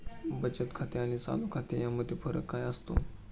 बचत खाते आणि चालू खाते यामध्ये फरक काय असतो?